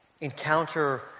encounter